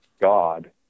God